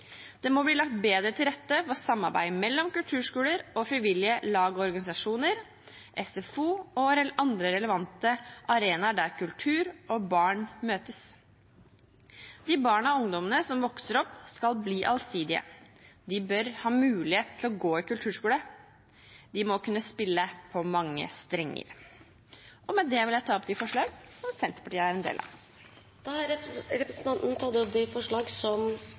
Det må bli lagt bedre til rette for samarbeid mellom kulturskoler og frivillige lag og organisasjoner, SFO og andre relevante arenaer der kultur og barn møtes. De barna og ungdommene som vokser opp, skal bli allsidige. De bør ha mulighet til å gå i kulturskole. De må kunne spille på mange strenger. Med det vil jeg ta opp forslagene som Senterpartiet er en del av. Representanten Marit Knutsdatter Strand har tatt opp de